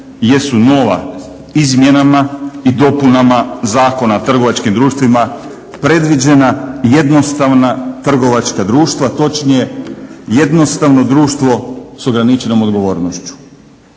jesu nova izmjenama i dopunama Zakona o trgovačkim društvima predviđena jednostavna trgovačka društva, točnije jednostavno društvo s ograničenom odgovornošću.